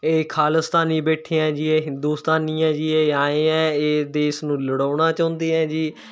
ਇਹ ਖਾਲਿਸਤਾਨੀ ਬੈਠੇ ਆਂ ਜੀ ਇਹ ਹਿੰਦੁਸਤਾਨੀ ਹੈ ਜੀ ਇਹ ਆਂਏ ਹੈ ਇਹ ਦੇਸ਼ ਨੂੰ ਲੜਾਉਣਾ ਚਾਹੁੰਦੇ ਹੈ ਜੀ